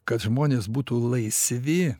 kad žmonės būtų laisvi